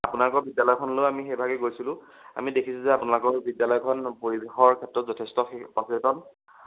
আপোনালোকৰ বিদ্যালয়খনলৈ আমি সেইভাগে গৈছিলোঁ আমি দেখিছোঁ যে আপোনালোকৰ বিদ্যালয়খন পৰিৱেশৰ ক্ষেত্ৰত যথেষ্ট সে সচেতন